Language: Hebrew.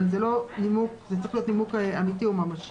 אבל זה צריך להיות נימוק אמיתי וממשי.